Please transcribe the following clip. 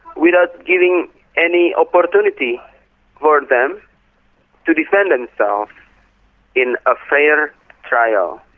without giving any opportunity for them to defend themselves in a fair trial.